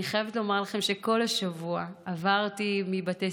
אני חייבת לומר לכם שכל השבוע עברתי מבתי